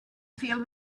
feel